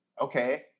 okay